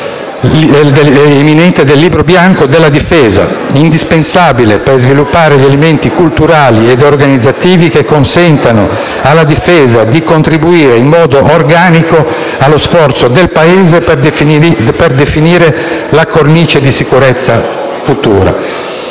imminente del libro bianco della difesa, indispensabile per sviluppare gli elementi culturali ed organizzativi che consentano alla Difesa di contribuire in modo organico allo sforzo del Paese per definire la cornice di sicurezza futura.